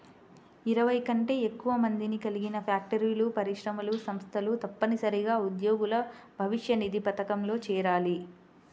ఇరవై కంటే ఎక్కువ మందిని కలిగిన ఫ్యాక్టరీలు, పరిశ్రమలు, సంస్థలు తప్పనిసరిగా ఉద్యోగుల భవిష్యనిధి పథకంలో చేరాలి